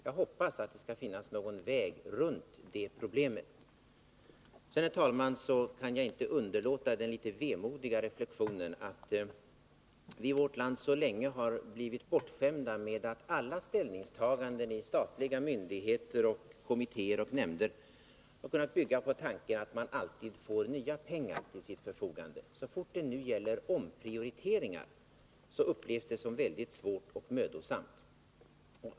Jag hoppas att det skall finnas någon väg runt det 28 november 1980 problemet. Sedan, herr talman, kan jag inte undgå den litet vemodiga reflexionen att Om verksamheten vi i vårt land så länge har blivit bortskämda med att alla ställningstagandeni vid AB Norma statliga myndigheter, kommittéer och nämnder har kunnat bygga på tanken Projektilfabrik i att man alltid får nya pengar till sitt förfogande. Så fort det nu gäller Å omprioriteringar upplevs detta som väldigt svårt och mödosamt.